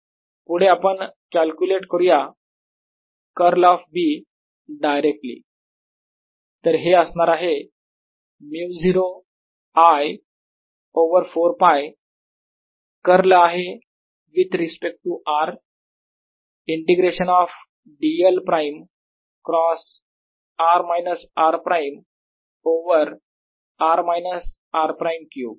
पुढे आपण कॅल्क्युलेट करूयात कर्ल ऑफ B डायरेक्टली तर हे असणार आहे 𝜇0 I ओवर 4 π कर्ल आहे with respect to r integration of dl prime cross r minus r prime over r minus r prime cube